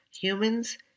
humans